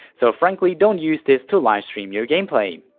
so frankly don't use this to livestream your gameplay.